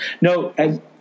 No